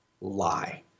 lie